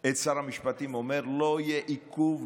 את שר המשפטים אומר "לא יהיה עיכוב,